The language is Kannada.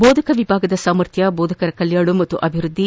ಬೋಧಕ ವಿಭಾಗದ ಸಾಮರ್ಥ್ಯ ಬೋಧಕರ ಕಲ್ಕಾಣ ಹಾಗೂ ಅಭಿವೃದ್ಧಿ